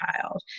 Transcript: child